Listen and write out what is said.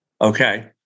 Okay